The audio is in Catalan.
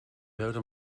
veure